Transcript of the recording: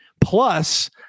Plus